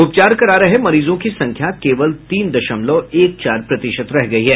उपचार करा रहे मरीजों की संख्या केवल तीन दशमलव एक चार प्रतिशत रह गई है